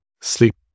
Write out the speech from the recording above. sleep